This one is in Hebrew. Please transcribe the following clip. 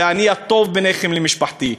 ואני הטוב ביניכם למשפחתי.